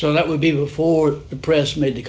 so that would be before the press made